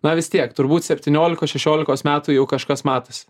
na vis tiek turbūt septyniolikos šešiolikos metų jau kažkas matosi